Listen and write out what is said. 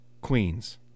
Queens